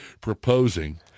proposing